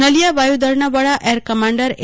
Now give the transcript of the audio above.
નળિયા વાયુદળના વાળા air commander એ